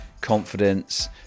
confidence